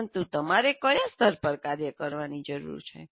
પરંતુ તમારે કયા સ્તર પર કાર્ય કરવાની જરૂર છે